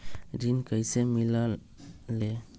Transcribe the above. ऋण कईसे मिलल ले?